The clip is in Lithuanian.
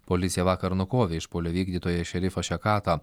policija vakar nukovė išpuolio vykdytoją šerifą šekatą